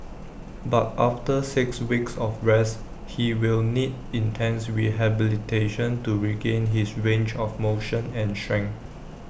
but after six weeks of rest he will need intense rehabilitation to regain his range of motion and strength